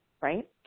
right